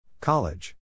College